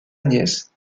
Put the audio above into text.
nièce